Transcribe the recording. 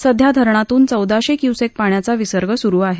सध्या धरणातून चौदाशे क्युसेक्स पाण्याचा विसर्ग सुरू आहे